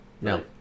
No